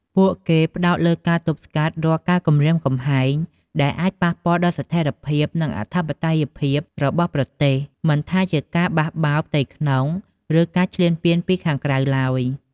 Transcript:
ពួកគេផ្តោតលើការទប់ស្កាត់រាល់ការគំរាមកំហែងដែលអាចប៉ះពាល់ដល់ស្ថេរភាពនិងអធិបតេយ្យភាពរបស់ប្រទេស មិនថាជាការបះបោរផ្ទៃក្នុង ឬការឈ្លានពានពីខាងក្រៅឡើយ។